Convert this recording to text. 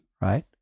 Right